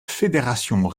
fédération